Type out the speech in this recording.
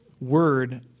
word